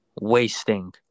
Wasting